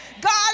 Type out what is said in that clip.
God